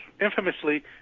infamously